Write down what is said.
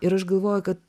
ir aš galvoju kad